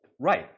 Right